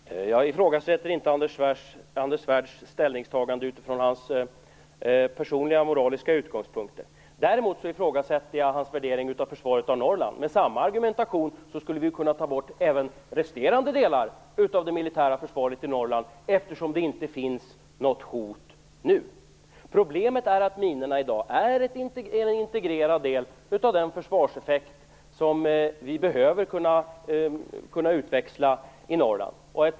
Herr talman! Jag ifrågasätter inte Anders Svärds ställningstagande utifrån hans personliga moraliska utgångspunkter. Däremot ifrågasätter jag hans värdering av försvaret av Norrland. Med samma argumentation skulle vi kunna ta bort även resterande delar av det militära försvaret i Norrland - det finns inte något hot nu. Problemet är att minorna i dag är en integrerad del av den försvarseffekt som vi behöver kunna utväxla i Norrland.